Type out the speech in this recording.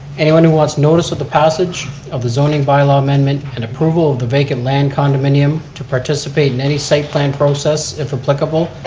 anyone who wants notice of the passage of the zoning bylaw amendment and approval of the vacant land condominium to participate in any site plan process, if applicable,